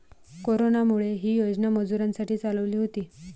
कोरोनामुळे, ही योजना मजुरांसाठी चालवली होती